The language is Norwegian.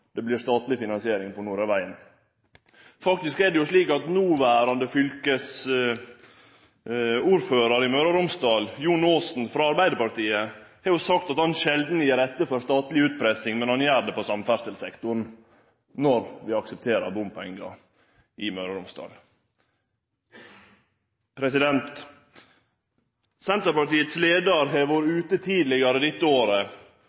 det vert statleg finansiering av Nordøyvegen. Faktisk er det slik at noverande fylkesordførar i Møre og Romsdal, Jon Aasen frå Arbeidarpartiet, har sagt at han sjeldan gjev etter for statleg utpressing, men han gjer det på samferdselssektoren når vi aksepterer bompengar i Møre og Romsdal. Senterpartiets leiar har vore ute tidlegare dette året